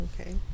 okay